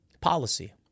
Policy